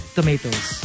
tomatoes